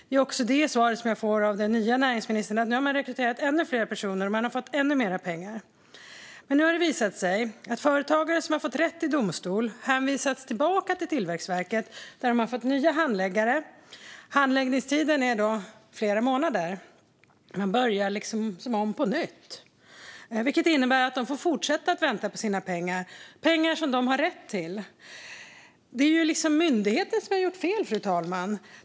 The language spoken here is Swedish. Det är också det svar jag får av den nya näringsministern - nu har man rekryterat ännu fler personer och fått ännu mer pengar. Men nu har det visat sig att företagare som fått rätt i domstol hänvisats tillbaka till Tillväxtverket, där de sedan fått nya handläggare. Handläggningstiden är flera månader. Man börjar alltså om på nytt, vilket innebär att de får fortsätta att vänta på sina pengar, som de har rätt till. Det är ju myndigheten som har gjort fel, fru talman.